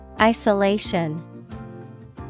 Isolation